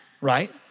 right